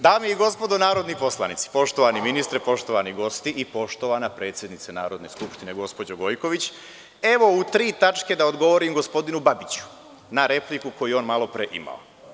Dame i gospodo narodni poslanici, poštovani ministre, poštovani gosti i poštovana predsednice Narodne skupštine, gospođo Gojković, evo u tri tačke da odgovorim gospodinu Babiću, na repliku koju je on malopre imao.